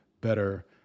better